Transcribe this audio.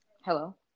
Hello